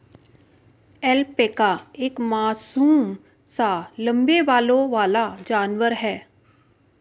alpaca एक मासूम सा लम्बे बालों वाला जानवर है